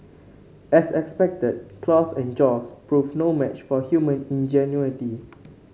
as expected claws and jaws proved no match for human ingenuity